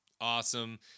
awesome